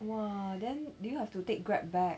!wah! then do you have to take grab back